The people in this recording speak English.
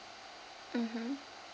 mmhmm